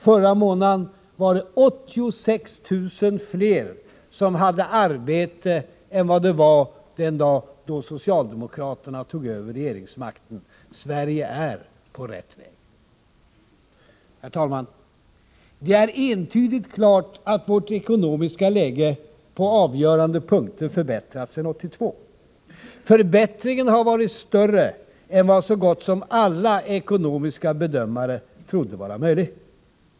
Förra månaden var det 86 000 fler som hade arbete än vad det var den dag då socialdemokraterna tog över regeringsmakten. Sverige är på rätt väg. Herr talman! Det är entydigt klart att vårt ekonomiska läge på avgörande punkter förbättrats sedan 1982. Förbättringen har varit större än vad så gott som alla ekonomiska bedömare trodde vara möjligt.